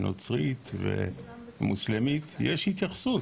הנוצרית והמוסלמית יש התייחסות.